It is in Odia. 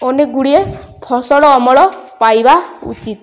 ଅନେକଗୁଡ଼ିଏ ଫସଲ ଅମଳ ପାଇବା ଉଚିତ୍